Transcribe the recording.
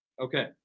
Okay